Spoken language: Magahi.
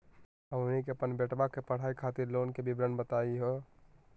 हमनी के अपन बेटवा के पढाई खातीर लोन के विवरण बताही हो?